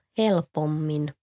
helpommin